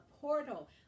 portal